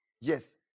Yes